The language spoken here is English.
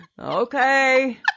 okay